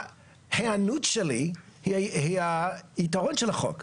ההיענות שלי היא היתרון של החוק,